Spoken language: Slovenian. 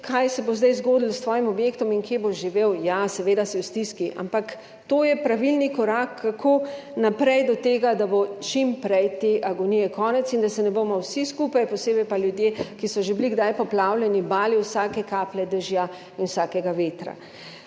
kaj se bo zdaj zgodilo s tvojim objektom in kje boš živel. **47. TRAK (VI) 15.50** (Nadaljevanje) Ja, seveda si v stiski, ampak to je pravilni korak, kako naprej do tega, da bo čim prej te agonije konec in da se ne bomo vsi skupaj, posebej pa ljudje, ki so že bili kdaj poplavljeni, bali vsake kaplje dežja in vsakega vetra.